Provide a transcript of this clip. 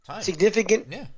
significant –